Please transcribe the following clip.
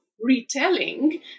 retelling